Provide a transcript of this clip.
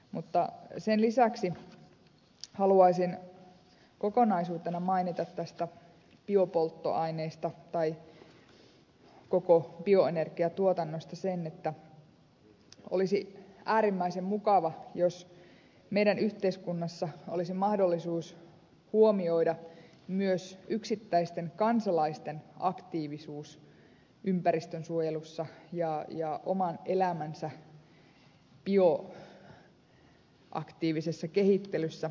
mutta sen lisäksi haluaisin kokonaisuutena mainita näistä biopolttoaineista tai koko bioenergiatuotannosta sen että olisi äärimmäisen mukava jos meidän yhteiskunnassamme olisi mahdollisuus huomioida myös yksittäisten kansalaisten aktiivisuus ympäristönsuojelussa ja oman elämänsä bioaktiivisessa kehittelyssä